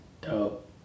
Dope